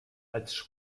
als